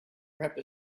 wrapped